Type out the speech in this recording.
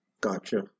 Gotcha